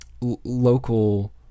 local